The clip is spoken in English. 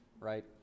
right